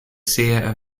seer